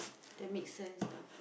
that make sense though